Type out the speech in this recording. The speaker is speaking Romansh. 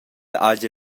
hagi